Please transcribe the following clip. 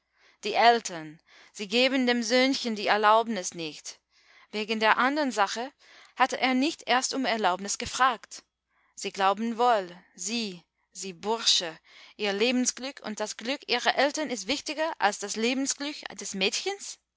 die eltern sie geben dem söhnchen die erlaubnis nicht wegen der andern sache hatte er nicht erst um erlaubnis gefragt sie glauben wohl sie sie bursche ihr lebensglück und das glück ihrer eltern ist wichtiger als das lebensglück des mädchens